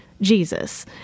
Jesus